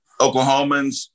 Oklahomans